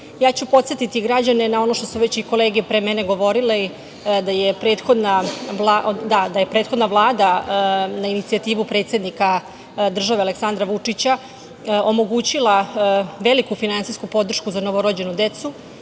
beznačajna. Podsetiću građane na ono što su već i kolege pre mene govorili, da je prethodna Vlada na inicijativu predsednika države Aleksandra Vučića omogućila veliku finansijsku podršku za novorođenu decu